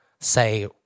say